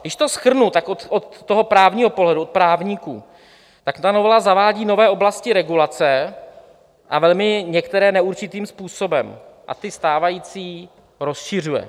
Když to shrnu, tak od toho právního pohledu, od právníků, tak ta novela zavádí nové oblasti regulace, a velmi některé neurčitým způsobem, a ty stávající rozšiřuje.